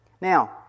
Now